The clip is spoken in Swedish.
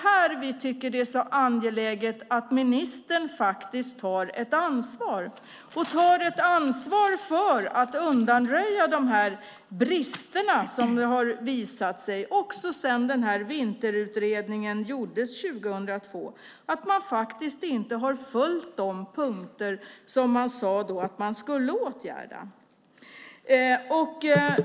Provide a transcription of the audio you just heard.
Därför är det så angeläget att ministern tar ansvaret för att undanröja de brister som vinterutredningen visade på redan 2002. Man har inte vidtagit de åtgärder som man sade att man skulle vidta.